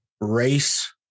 race